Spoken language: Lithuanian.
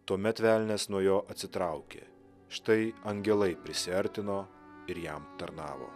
tuomet velnias nuo jo atsitraukė štai angelai prisiartino ir jam tarnavo